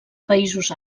països